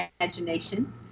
imagination